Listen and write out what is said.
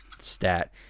stat